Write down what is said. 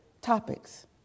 topics